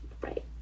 right